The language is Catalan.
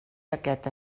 aquest